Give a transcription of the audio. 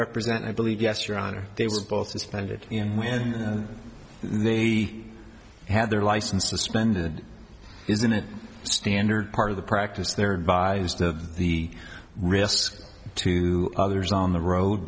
represent i believe yes your honor they were both suspended and when the had their license suspended isn't a standard part of the practice there by the risk to others on the road